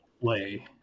play